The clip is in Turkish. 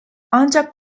ancak